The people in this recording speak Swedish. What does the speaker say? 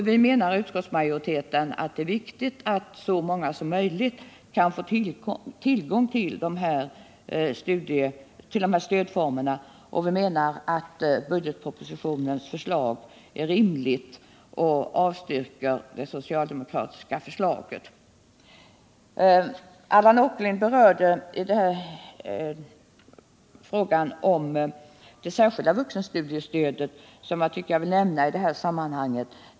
Vi menar i utskottsmajoriteten att det är viktigt att så många som möjligt kan få tillgång till de här stödformerna. Vi menar att budgetpropositionens förslag är rimligt, och vi avstyrker därför det socialdemokratiska förslaget. Allan Åkerlind berörde frågan om det särskilda vuxenstudiestödet, som jag också vill nämna i detta sammanhang.